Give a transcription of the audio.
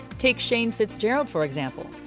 take shane fitzgerald for example.